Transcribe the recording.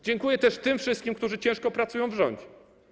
Dziękuję też tym wszystkim, którzy ciężko pracują w rządzie.